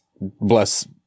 bless